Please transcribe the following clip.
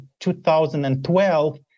2012